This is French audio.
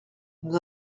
nous